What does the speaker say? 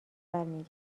برمی